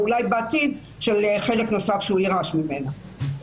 ואולי בעתיד של חלק נוסף שהוא יירש ממנה.